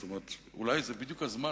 ואולי זה בדיוק הזמן,